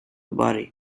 body